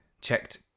checked